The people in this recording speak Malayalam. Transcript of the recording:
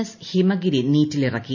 എസ് ഹിമഗിരി നീറ്റിലിറക്കി